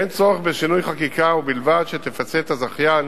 ואין צורך בשינוי חקיקה, ובלבד שתפצה את הזכיין